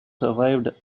survived